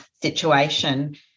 situation